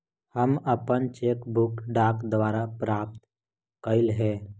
हम अपन cheque book डाक द्वारा प्राप्त कईली हे